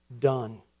done